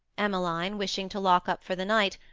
emmeline, wishing to lock up for the night,